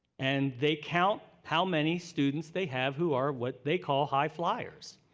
and they count how many students they have who are what they call high flyers,